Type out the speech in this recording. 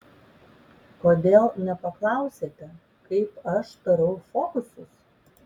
kodėl nepaklausėte kaip aš darau fokusus